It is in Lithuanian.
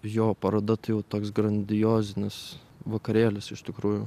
jo paroda tai jau toks grandiozinis vakarėlis iš tikrųjų